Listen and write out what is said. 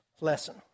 lesson